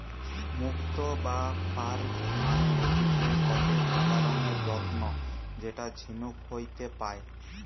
মুক্তো বা পার্লস মানে হতিছে গটে সাদা রঙের রত্ন যেটা ঝিনুক হইতে পায়